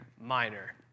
minor